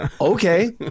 Okay